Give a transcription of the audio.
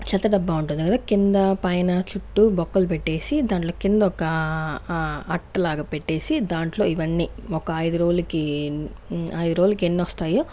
చెత్త డబ్బా ఉంటాది కదా కింద పైన చుట్టూ బొక్కలు పెట్టేసి దాంట్లో కింద ఒక అట్టలాగా పెట్టేసి దాంట్లో ఇవన్నీ ఒక ఐదు రోజులకి ఐదు రోజులకి ఎన్ని వస్తాయో